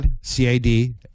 C-A-D